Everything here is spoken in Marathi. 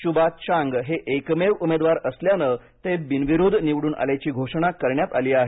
चुबा चांग हे एकमेव उमेदवार असल्यानं ते बिनविरोध निवडून आल्याची घोषणा करण्यात आली आहे